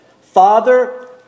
Father